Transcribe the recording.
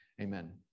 Amen